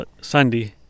sandy